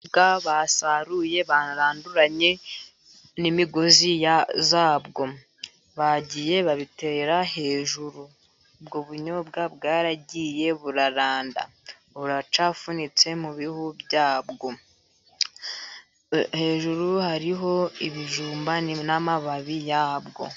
Ubunyobwa basaruye baranduranye n'imigozi yabwo, bagiye babitera hejuru ubwo bunyobwa bwaragiye buraranda, buracyafunitse mu bihu byabwo, hejuru hariho ibijumba n'amababi yabwo.